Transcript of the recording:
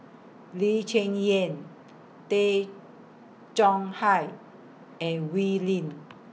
Lee Cheng Yan Tay Chong Hai and Wee Lin